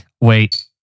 Wait